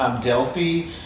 Delphi